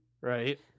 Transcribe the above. Right